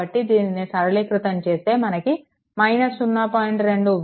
కాబట్టి దీనిని సరళీకృతం చేస్తే మనకు 0